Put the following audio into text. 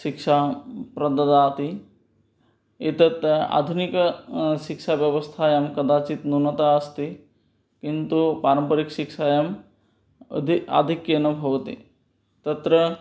शिक्षां प्रददाति एतद् आधुनिक शिक्षाव्यवस्थायां कदाचित् न्यूनता अस्ति किन्तु पारम्परिकशिक्षायाम् अदि आधिक्येन भवति तत्र